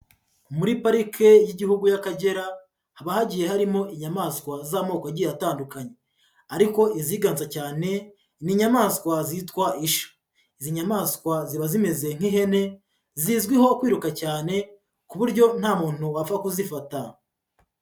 Muri Parike y'Igihugu y'Akagera haba hagiye harimo inyamaswa z'amoko agiye atandukanye ariko iziganza cyane n'inyamaswa zitwa ishya, izi nyamaswa ziba zimeze nk'ihene zizwiho kwiruka cyane ku buryo nta muntu wapfa kuzifata.